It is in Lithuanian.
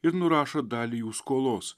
ir nurašo dalį jų skolos